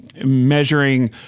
measuring